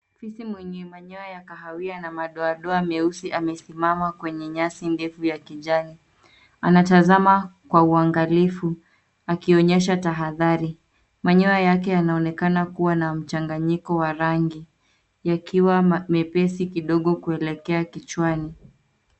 Fisi mwenye manyoya ya kahawia na madoadoa meusi amesimama kwenye nyasi ndefu ya kijani. Anatazama kwa uangalifu akionyesha tahadhari. Manyoya yake yanaonekana kuwa na mchanganyiko wa rangi, yakiwa mepesi kidogo kuelekea kichwani.